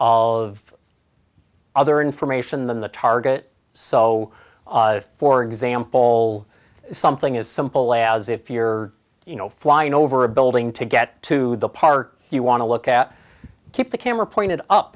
of other information than the target so for example something as simple as if you're you know flying over a building to get to the part you want to look at keep the camera pointed up